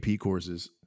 courses